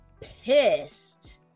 Pissed